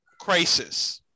crisis